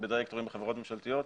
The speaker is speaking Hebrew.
בדירקטורים בחברות ממשלתיות,